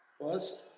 first